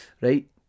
Right